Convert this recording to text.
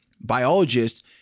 biologists